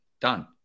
done